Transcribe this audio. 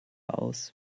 aus